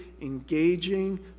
engaging